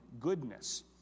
goodness